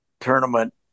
tournament